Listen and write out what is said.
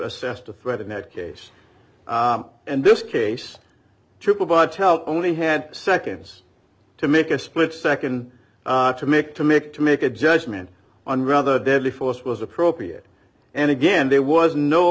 assess the threat in that case and this case triple by tell only had seconds to make a split nd to make to make to make a judgment on rather deadly force was appropriate and again there was no